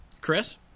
chris